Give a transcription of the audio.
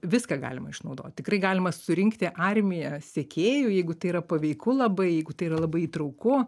viską galima išnaudot tikrai galima surinkti armiją sekėjų jeigu tai yra paveiku labai jeigu tai yra labai įtrauku